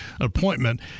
appointment